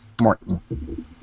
Morton